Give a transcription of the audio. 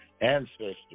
ancestors